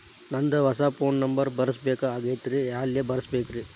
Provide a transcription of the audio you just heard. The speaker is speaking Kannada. ನಂದ ಹೊಸಾ ಫೋನ್ ನಂಬರ್ ಬರಸಬೇಕ್ ಆಗೈತ್ರಿ ಎಲ್ಲೆ ಬರಸ್ಬೇಕ್ರಿ?